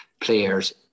players